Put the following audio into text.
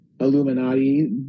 Illuminati